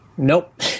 Nope